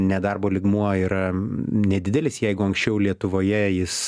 nedarbo lygmuo yra nedidelis jeigu anksčiau lietuvoje jis